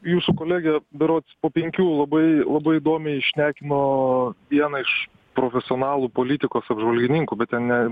jūsų kolegė berods po penkių labai labai įdomiai šnekino vieną iš profesionalų politikos apžvalgininkų bet ten ne